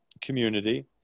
community